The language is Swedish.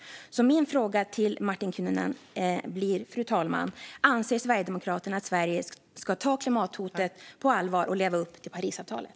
Min fråga till Martin Kinnunen, fru talman, är därför: Anser Sverigedemokraterna att Sverige ska ta klimathotet på allvar och leva upp till Parisavtalet?